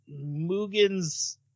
Mugen's